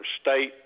state